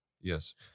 Yes